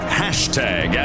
hashtag